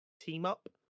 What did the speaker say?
team-up